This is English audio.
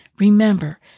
Remember